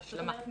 זאת אומרת,